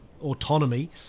autonomy